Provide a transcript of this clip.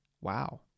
Wow